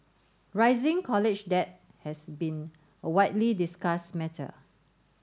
rising college debt has been a widely discussed matter